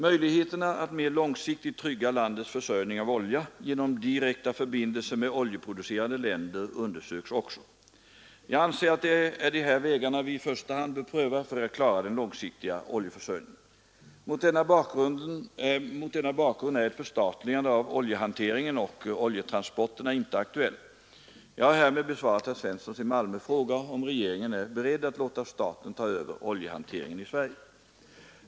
Möjligheterna att mer långsiktigt trygga landets försörjning av olja genom direkta förbindelser med oljeproducerande länder undersöks också. Jag anser att det är de här vägarna vi i första hand bör pröva för att klara den långsiktiga oljeförsörjningen. Mot denna bakgrund är ett förstatligande av oljehanteringen och oljetransporterna inte aktuell. Jag har härmed besvarat herr Svenssons i Malmö fråga om regeringen är beredd att låta staten ta över oljehanteringen i Sverige.